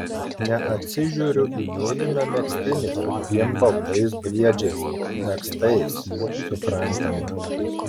neatsižiūriu į mėlyną megztinį su dviem baltais briedžiais megztais suprantama